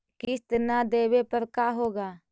किस्त न देबे पर का होगा?